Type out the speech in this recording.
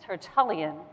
Tertullian